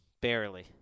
Barely